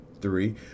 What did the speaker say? Three